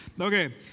Okay